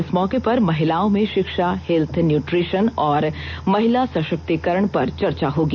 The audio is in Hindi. इस मौके पर महिलाओं में षिक्षा हेल्थ न्यूट्रेषन और महिला सषक्तिकरण पर चर्चा होगी